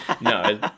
No